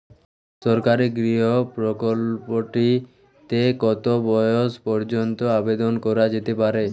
সরকারি গৃহ প্রকল্পটি তে কত বয়স পর্যন্ত আবেদন করা যেতে পারে?